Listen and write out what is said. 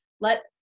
Let